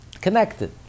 connected